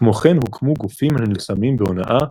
כמו כן הוקמו גופים הנלחמים בהונאה,